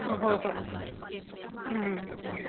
ꯑꯥ ꯍꯣꯏ ꯍꯣꯏ ꯎꯝ